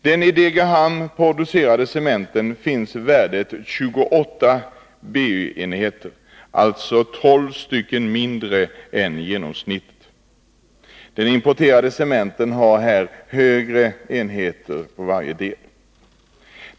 Den i Degerhamn producerade cementen har värdet 28 BY-enheter, alltså 12 enheter mindre än genomsnittet. Den importerade cementen har på varje del högre enheter.